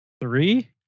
three